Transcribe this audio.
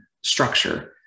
structure